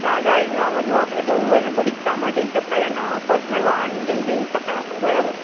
દાદાહરીની વાવમાં જો આપણે જવું હોય ને તો રિક્ષામાં જઈ શકાય અને પર્સનલ વાહન લઈ જઈ શકાય આપણે બરાબર